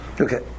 Okay